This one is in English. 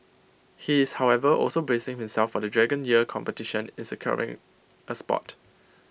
he is however also bracing himself for the dragon year competition is caring A spot